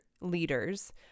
leaders